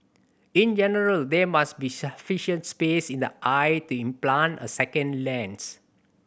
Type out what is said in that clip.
in general there must be sufficient space in the eye to implant a second lens